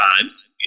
times